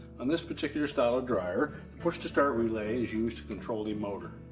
on this particular style of dryer, push-to-start relays used to control the motor.